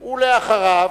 ואחריו,